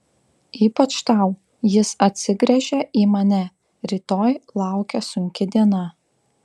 ypač tau jis atsigręžia į mane rytoj laukia sunki diena